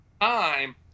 time